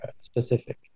specific